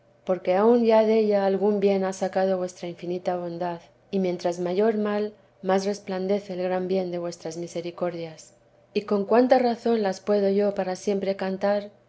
porque aun ya della algún bien ha sacado vuestra infinita bondad y mientras mayor mal más resplandece el gran bien de vuestras misericordias y con cuánta razón las puedo yo para siempre cantar